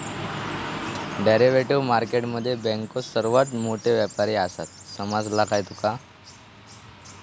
Derivative market मध्ये बँको सर्वात मोठे व्यापारी आसात, समजला काय तुका?